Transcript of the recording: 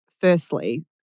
Firstly